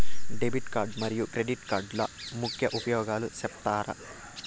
Debit card మరియు credit కార్డుల ముఖ్య ఉపయోగాలు సెప్తారా?